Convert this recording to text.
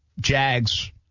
Jags